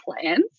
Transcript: plans